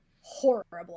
horribly